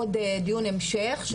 עוד דיון המשך,